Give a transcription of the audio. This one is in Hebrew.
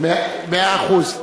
מאה אחוז.